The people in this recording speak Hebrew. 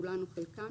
כולן או חלקן,